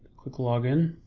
click login.